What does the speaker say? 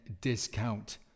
discount